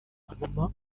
amama